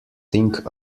think